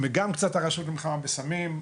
גם קצת הרשות למלחמה בסמים.